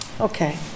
Okay